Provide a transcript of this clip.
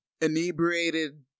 inebriated